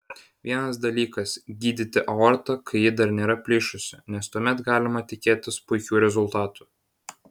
vienas dalykas gydyti aortą kai ji dar nėra plyšusi nes tuomet galima tikėtis puikių rezultatų